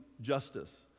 justice